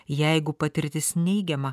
jeigu patirtis neigiama